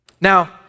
Now